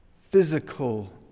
physical